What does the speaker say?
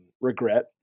regret